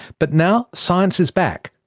but now science is back,